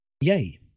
Yay